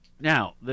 Now